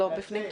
לא בפנים,